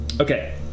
Okay